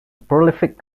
prolific